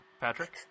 Patrick